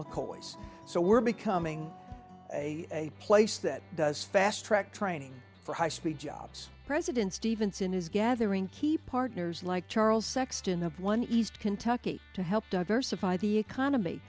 mccoys so we're becoming a place that does fast track training for high speed jobs president stephenson is gathering key partners like charles sexton of one east kentucky to help diversify the economy